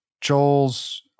Joel's